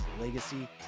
Legacy